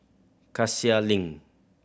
Cassia Link